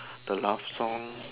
the love song